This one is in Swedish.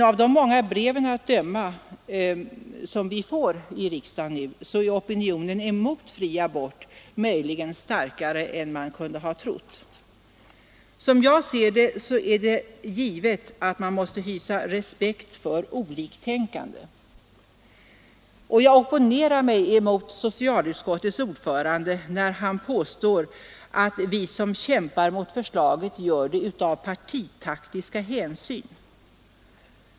Av de många brev att döma som vi får i riksdagen är opinionen mot fri abort möjligen starkare än man kunde ha trott. Det är givet att man måste hysa respekt för oliktänkande. Jag opponerar mig mot socialutskottets ordförande, när han påstår att vi som kämpar mot förslaget gör det av partitaktiska skäl.